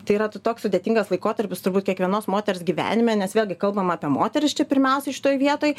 tai yra to toks sudėtingas laikotarpis turbūt kiekvienos moters gyvenime nes vėlgi kalbam apie moteris čia pirmiausia šitoj vietoj